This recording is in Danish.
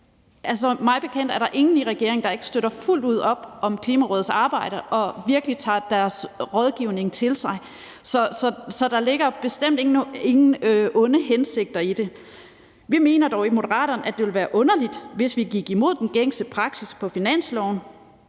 Mig bekendt er der ingen i regeringen, der ikke støtter fuldt ud op om Klimarådets arbejde og ikke virkelig tager deres rådgivning til sig. Så der ligger bestemt ikke nogen onde hensigter i det. Vi mener dog i Moderaterne, at det ville være underligt, hvis vi gik imod den gængse praksis for finansloven,